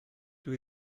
dydw